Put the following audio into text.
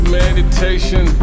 meditation